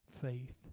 faith